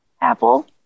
Apple